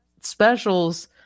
specials